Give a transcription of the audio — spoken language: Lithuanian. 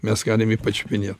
mes galim jį pačiupinėt